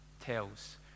tells